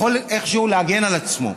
יכול איכשהו להגן על עצמו.